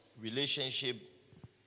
Relationship